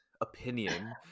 opinion